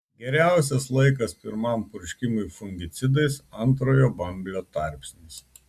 geriausias laikas pirmam purškimui fungicidais antrojo bamblio tarpsnis